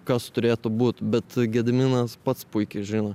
kas turėtų būt bet gediminas pats puikiai žino